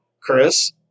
Chris